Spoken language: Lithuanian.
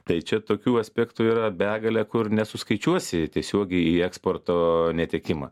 tai čia tokių aspektų yra begalė kur nesuskaičiuosi tiesiogiai eksporto netekimą